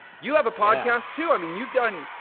you have a podcast too. i mean, you've done.